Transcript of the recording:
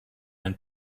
and